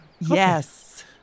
Yes